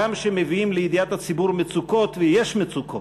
גם כשמביאים לידיעת הציבור מצוקות, ויש מצוקות,